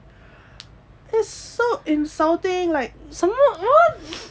it's so insulting like